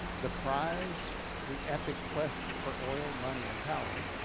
the prize the epic quest for oil, money, and power,